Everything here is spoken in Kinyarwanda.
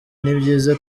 n’ibyiza